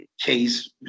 case